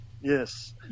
Yes